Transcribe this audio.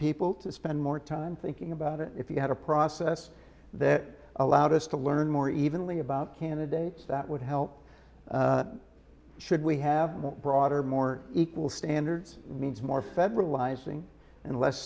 people to spend more time thinking about it if you had a process that allowed us to learn more evenly about candidates that would help should we have broader more equal standards means more federalizing and less